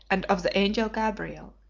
and of the angel gabriel.